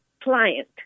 client